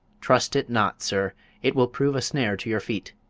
trust it not, sir it will prove a snare to your feet.